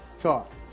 talk